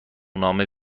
نامه